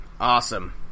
Awesome